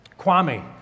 Kwame